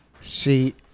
See